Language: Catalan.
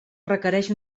requereix